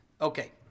Okay